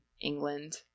England